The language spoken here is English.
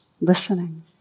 listening